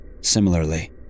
Similarly